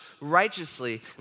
righteously